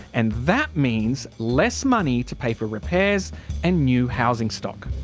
and that means less money to pay for repairs and new housing stock.